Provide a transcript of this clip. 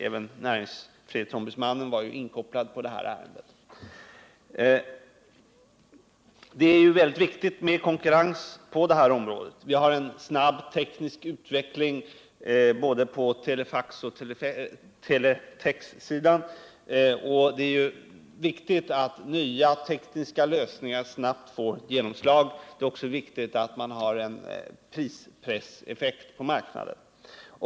Även näringsfrihetsombudsmannen har varit inkopplad på detta ärende. Det är viktigt med konkurrens på detta område. Den tekniska utvecklingen är snabb på både telefaxoch teletexsidan, och nya tekniska lösningar måste snabbt få geromslag. Det är också riktigt att man har en prispresseffekt på marknaden.